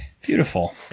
Beautiful